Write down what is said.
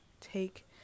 take